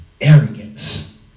arrogance